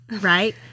right